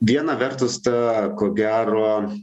vieną vertus ta ko gero